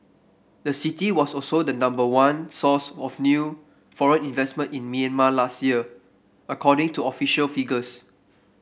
the city was also the number one source of new foreign investment in Myanmar last year according to official figures